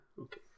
okay